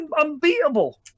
unbeatable